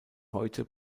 heute